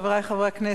חברי חברי הכנסת,